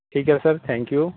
ਠੀਕ ਹੈ sir thank you